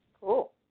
Cool